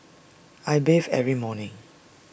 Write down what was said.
I bathe every morning